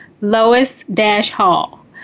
Lois-Hall